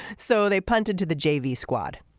so they punted to the j v. squad